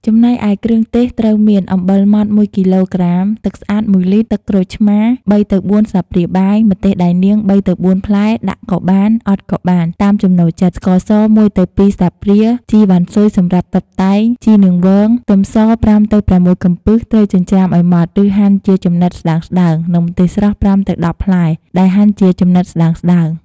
ចំណែកឯ គ្រឿងទេសត្រូវមាន អំបិលម៉ដ្ឋ ១ គីឡូក្រាម ទឹកស្អាត ១ លីត្រ, ទឹកក្រូចឆ្មារ ៣ ទៅ ៤ ស្លាបព្រាបាយ, ម្ទេសដៃនាង ៣ ទៅ ៤ ផ្លែដាក់ក៏បាន អត់ក៏បាន តាមចំណូលចិត្ត, ស្ករស ១ ទៅ ២ ស្លាបព្រា, ជីរវ៉ាន់ស៊ុយសម្រាប់តុបតែង, ជីនាងវង, ខ្ទឹមស ៥ ទៅ ៦ កំពឹស ត្រូវចិញ្ច្រាំឲ្យម៉ដ្ឋ ឬហាន់ជាចំណិតស្តើងៗ, និងម្ទេសស្រស់ ៥ទៅ១០ ផ្លែ ដែលហាន់ជាចំណិតស្តើងៗ។